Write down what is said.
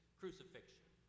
crucifixion